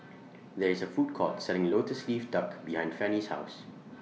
There IS A Food Court Selling Lotus Leaf Duck behind Fannye's House